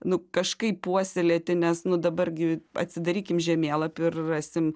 nu kažkaip puoselėti nes nu dabar gi atsidarykim žemėlapį ir rasim